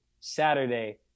Saturday